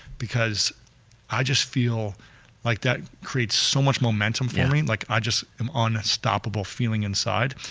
because i just feel like that creates so much momentum for me. like, i just am unstoppable feeling inside.